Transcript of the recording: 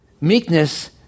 Meekness